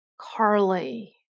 Carly